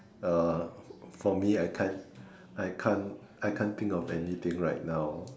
uh for me I can't I can't I can't think of anything right now